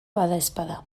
badaezpada